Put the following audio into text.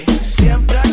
Siempre